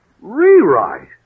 Rewrite